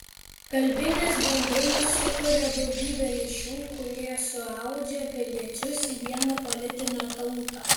kalbinis bendrumas sukuria daugybė ryšių kurie suaudžia piliečius į vieną politinę tautą